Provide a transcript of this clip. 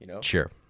Sure